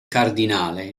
cardinale